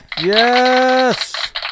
yes